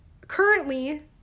Currently